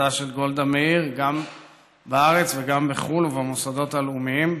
להנצחתה של גולדה מאיר גם בארץ וגם בחו"ל ובמוסדות הלאומיים,